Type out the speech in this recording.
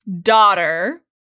Daughter